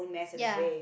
ya